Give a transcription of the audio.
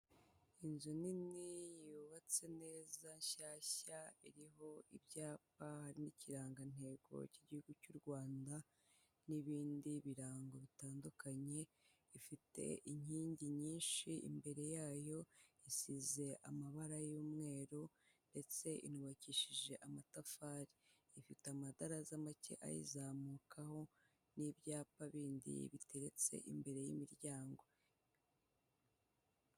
Inzu nini yubatse neza nshyashya, iriho ibyapa n'ikirangantego k'igihugu cy'u Rwanda n'ibindi birango bitandukanye, ifite inkingi nyinshi imbere yayo, isize amabara y'umweru ndetse inubakishije amatafari, ifite amadaraza make ayizamukaho n'ibyapa bindi biteretse imbere y'imiryango.